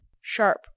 sharp